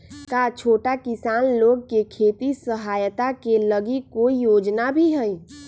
का छोटा किसान लोग के खेती सहायता के लगी कोई योजना भी हई?